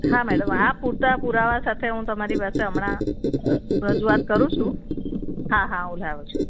હા મેડમ આ પૂરતા પુરાવા સાથે હુ તમારી પાસે હમણાં રજૂઆત કરું છું હા હા હુ જાઉં છું